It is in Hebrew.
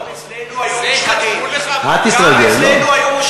גם אצלנו היו מושחתים.